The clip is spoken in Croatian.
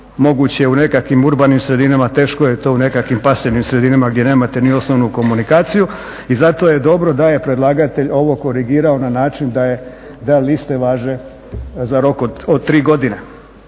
moguće u nekakvim urbanim sredinama, teško je to u nekakvim pasivnim sredinama gdje nemate ni osnovnu komunikaciju. I zato je dobro da je predlagatelj ovo korigirao na način da je, da liste važe za rok od 3 godine.